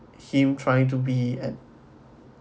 him trying to be at